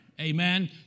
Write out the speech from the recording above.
amen